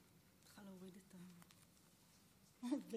אדוני יושב-ראש הכנסת, חבריי חברי הכנסת, אנחנו